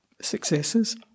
successes